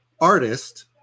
artist